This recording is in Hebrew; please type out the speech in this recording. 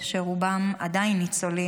שרובם עדיין ניצולים,